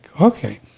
Okay